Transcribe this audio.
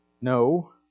No